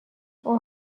اوه